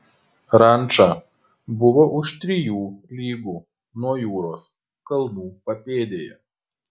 ranča buvo už trijų lygų nuo jūros kalnų papėdėje